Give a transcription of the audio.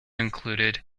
included